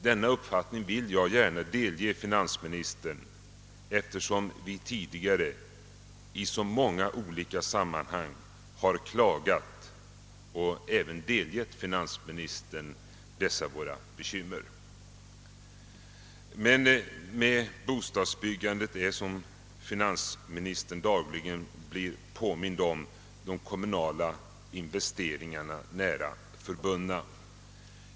Denna uppfattning vill jag gärna delge finansministern, eftersom vi tidigare i så många olika sammanhang har klagat och även delgivit finansministern dessa våra bekymmer. Med bostadsbyggandet är, varom finansministern dagligen blir påmind, de kommunala investeringarna nära förbundna.